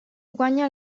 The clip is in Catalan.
guanya